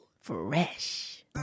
fresh